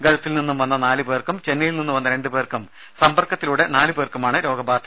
ഗൾഫിൽ നിന്നും വന്ന നാല് പേർക്കും ചെന്നൈയിൽ നിന്ന് വന്ന രണ്ട് പേർക്കും സമ്പർക്കത്തിലൂടെ നാല് പേർക്കുമാണ് രോഗബാധ